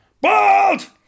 Bald